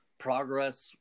Progress